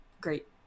Great